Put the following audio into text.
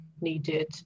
needed